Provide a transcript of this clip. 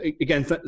again